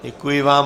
Děkuji vám.